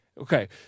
Okay